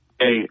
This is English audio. Hey